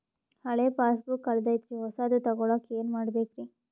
ಹಳೆ ಪಾಸ್ಬುಕ್ ಕಲ್ದೈತ್ರಿ ಹೊಸದ ತಗೊಳಕ್ ಏನ್ ಮಾಡ್ಬೇಕರಿ?